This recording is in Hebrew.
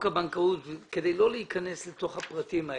הבנקאות כדי לא להיכנס לתוך הפרטים האלה,